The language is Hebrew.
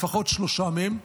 לפחות שלושה מהם,